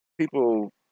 people